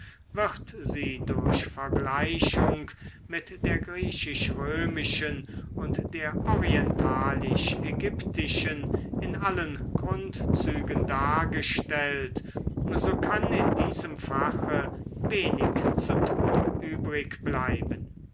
wird sie durch vergleichung mit der griechisch römischen und der orientalisch ägyptischen in allen grundzügen dargestellt so kann in diesem fache wenig zu tun übrig bleiben